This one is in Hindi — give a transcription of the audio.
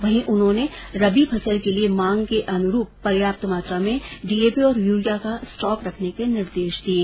वहीं उन्होंने रबी फसल के लिए मांग के अनुरूप पर्याप्त मात्रा में डीएपी और यूरिया का स्टॉक रखने के निर्देश दिये